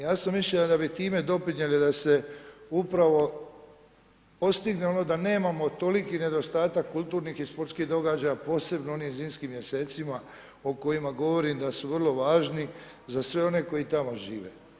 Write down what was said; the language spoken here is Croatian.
Ja sam mišljenja da bi time doprinijeli da se upravo postigne ono da nemamo toliki nedostatak kulturnih i sportskih događaja posebno u onim zimskim mjesecima o kojima govorim da su vrlo važni za sve one koji tamo žive.